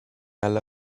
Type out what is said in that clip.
alla